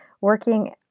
working